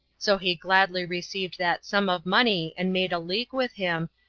so he gladly received that sum of money, and made a league with him,